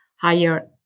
higher